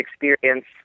experience